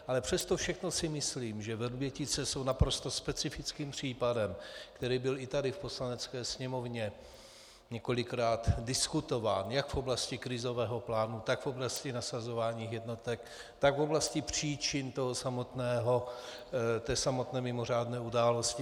Ale přes to všechno si myslím, že Vrbětice jsou naprosto specifickým případem, který byl i tady v Poslanecké sněmovně několikrát diskutován jak v oblasti krizového plánu, tak v oblasti nasazování jednotek, v oblasti příčin té samotné mimořádné události.